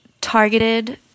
targeted